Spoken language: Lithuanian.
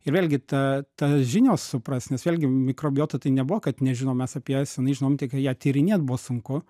ir vėlgi ta ta žinios supras nes vėlgi mikrobiota tai nebuvo kad nežinom mes apie ją senai žinom tik ją tyrinėt buvo sunku